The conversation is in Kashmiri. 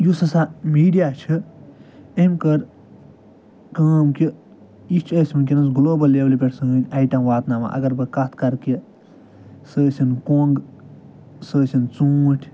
یُس ہسا میٖڈِیا چھِ أمۍ کٔر کٲم کہِ یہِ چھِ أسۍ وٕنۍکٮ۪نَس گٕلوبَل لٮ۪ولہِ پٮ۪ٹھ سٲنۍ آیٹَم واتناوان اَگر بہٕ کَتھ کَرٕ کہِ سُہ ٲسِن کۄنٛگ سُہ آسِن ژوٗنٛٹھۍ